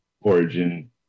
origin